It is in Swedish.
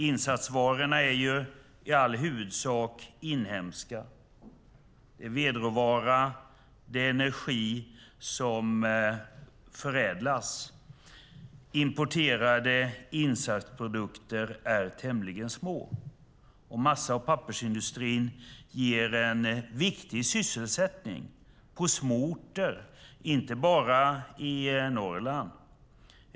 Insatsvarorna är i huvudsak inhemska. Det är vedråvara och energi som förädlas. Andelen importerade insatsprodukter är tämligen liten. Massa och pappersindustrin ger viktig sysselsättning på små orter, inte bara i Norrland.